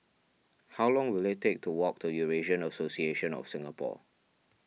how long will it take to walk to Eurasian Association of Singapore